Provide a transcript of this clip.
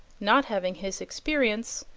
not having his experience,